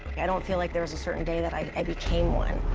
i don't feel like there is a certain day that i became one.